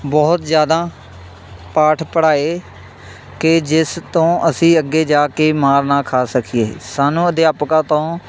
ਬਹੁਤ ਜ਼ਿਆਦਾ ਪਾਠ ਪੜ੍ਹਾਏ ਕਿ ਜਿਸ ਤੋਂ ਅਸੀਂ ਅੱਗੇ ਜਾ ਕੇ ਮਾਰ ਨਾ ਖਾ ਸਕੀਏ ਸਾਨੂੰ ਅਧਿਆਪਕਾਂ ਤੋਂ